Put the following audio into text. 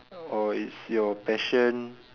or it's your passion